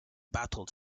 battled